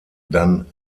dann